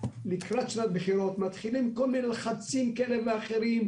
לקראת שנת בחירות מתחילים לחצים כאלה ואחרים,